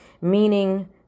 Meaning